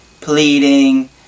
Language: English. pleading